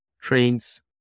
trains